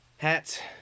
Hats